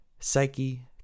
Psyche